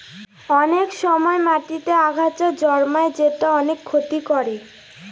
অনেক সময় মাটিতেতে আগাছা জন্মায় যেটা অনেক ক্ষতি করে